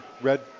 red